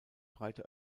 breite